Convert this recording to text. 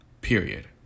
period